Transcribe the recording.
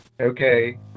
Okay